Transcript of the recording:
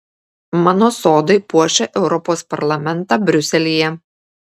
mano sodai puošia europos parlamentą briuselyje